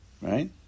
Right